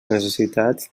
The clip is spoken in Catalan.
necessitats